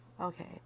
Okay